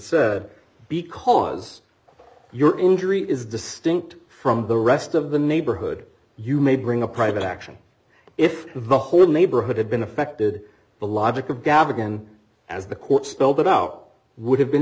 said because your injury is distinct from the rest of the neighborhood you may bring a private action if the whole neighborhood had been affected the logic of gavigan as the court spelled it out would have been